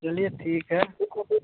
चलिए ठीक है